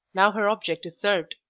now her object is served.